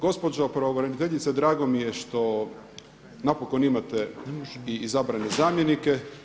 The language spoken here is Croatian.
Gospođo pravobraniteljice drago mi je što napokon imate i izabrane zamjenike.